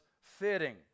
fitting